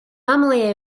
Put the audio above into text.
nominally